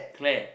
Claire